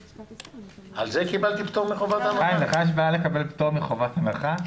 חיים, לך יש בעיה לקבל פטור מחובת הנחה?